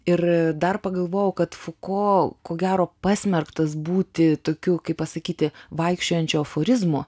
ir dar pagalvojau kad fuko ko gero pasmerktas būti tokiu kaip pasakyti vaikščiojančiu aforizmu